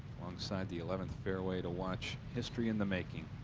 alongside the eleventh fairway to watch history in the making.